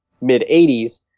mid-80s